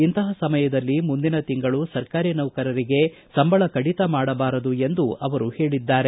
ಇಂತಹ ಸಮಯದಲ್ಲಿ ಮುಂದಿನ ತಿಂಗಳು ಸರ್ಕಾರಿ ನೌಕರರಿಗೆ ಸಂಬಳ ಕಡಿತ ಮಾಡಬಾರದು ಎಂದು ಅವರು ಹೇಳಿದ್ದಾರೆ